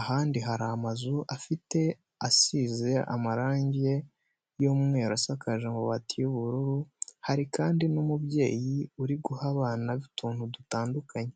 ahandi hari amazu afite isuku asize amarangi y'umweru asakaje amabati y'ubururu, hari kandi n'umubyeyi uri guha abana be utuntu dutandukanye.